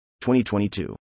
2022